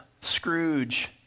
Scrooge